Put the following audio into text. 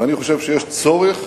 ואני חושב שיש צורך